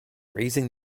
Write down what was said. raising